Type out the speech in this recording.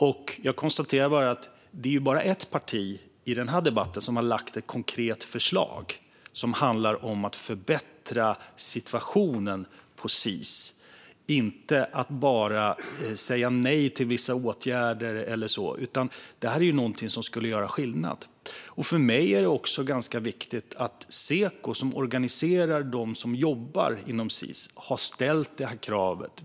Men jag konstaterar att det bara är ett parti i den här debatten som har lagt fram ett konkret förslag som handlar om att förbättra situationen på Sis och inte bara säga nej till vissa åtgärder. Det här är någonting som skulle göra skillnad. För mig är det viktigt att Seko, som organiserar dem som jobbar inom Sis, tydligt har ställt det här kravet.